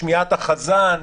שמיעת החזן.